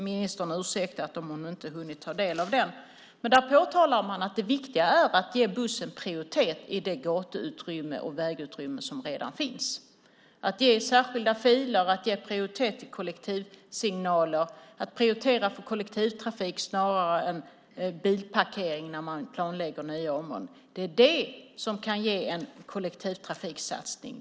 Ministern är ursäktad om hon inte hunnit ta del av den, men där påtalas att det viktiga är att ge bussen hög prioritet i det gatu och vägutrymme som redan finns, till exempel genom särskilda filer och prioritering av kollektivsignaler. Likaså kan man prioritera kollektivtrafiken hellre än bilparkeringarna när man planlägger nya områden. Det kan vara en god kollektivtrafiksatsning.